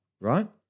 Right